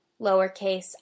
lowercase